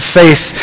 faith